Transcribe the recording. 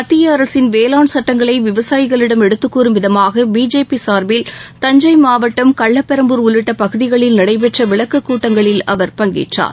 மத்திய அரசின் வேளாண் சட்டங்களை விவசாயிகளிடம் எடுத்துக்கூறும் விதமாக பிஜேபி சார்பில் தஞ்சை மாவட்டம் கள்ளபெரம்பூர் உள்ளிட்ட பகுதிகளில் நடைபெற்ற விளக்கக் கூட்டங்களில் அவர் பங்கேற்றார்